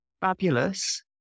fabulous